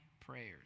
prayers